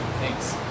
Thanks